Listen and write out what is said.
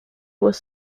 was